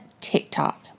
TikTok